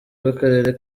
bw’akarere